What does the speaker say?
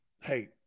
hey